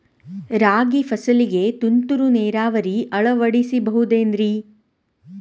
ರಾಗಿ ಫಸಲಿಗೆ ತುಂತುರು ನೇರಾವರಿ ಅಳವಡಿಸಬಹುದೇನ್ರಿ?